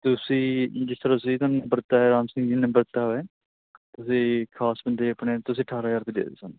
ਤੁਸੀਂ ਜਿਸ ਤਰਾਂ ਤੁਸੀਂ ਤੁਹਾਨੂੰ ਨੰਬਰ ਦਿੱਤਾ ਰਾਮ ਸਿੰਘ ਨੇ ਨੰਬਰ ਦਿੱਤਾ ਹੋਇਆ ਤੁਸੀਂ ਖ਼ਾਸ ਬੰਦੇ ਆਪਣੇ ਤੁਸੀਂ ਅਠਾਰਾਂ ਹਜ਼ਾਰ ਰੁਪਏ ਦੇ ਦਿਓ ਸਾਨੂੰ